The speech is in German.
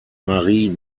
marie